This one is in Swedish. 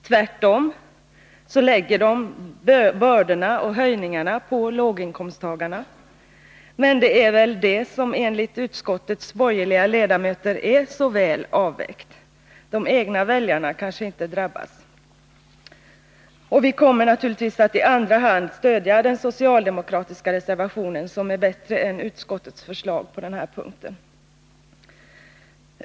Tvärtom lägger de bördorna och höjningarna på låginkomsttagarna. Men det är väl det som enligt utskottets borgerliga ledamöter är så väl avvägt — de egna väljarna drabbas kanske inte. Vi kommer naturligtvis att i andra hand stödja den socialdemokratiska reservationen, som är bättre än utskottets förslag på den här punkten.